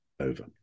Over